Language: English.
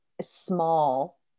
small